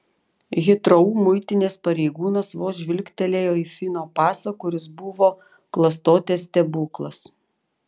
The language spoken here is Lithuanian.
hitrou muitinės pareigūnas vos žvilgtelėjo į fino pasą kuris buvo klastotės stebuklas